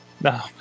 No